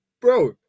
Bro